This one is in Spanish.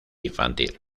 infantil